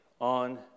on